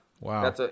Wow